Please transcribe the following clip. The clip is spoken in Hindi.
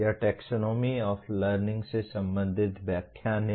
यह टैक्सोनॉमी ऑफ़ लर्निंग से संबंधित व्याख्यान है